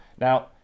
Now